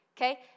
Okay